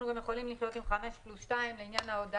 אנחנו יכולים לחיות גם עם חמישה חודשים פלוס שני חודשים לעניין ההודעה.